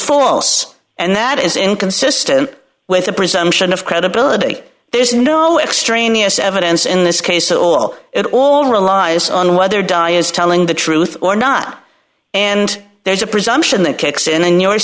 false and that is inconsistent with a presumption of credibility there's no extraneous evidence in this case until it all relies on whether di is telling the truth or not and there's a presumption that kicks in when you are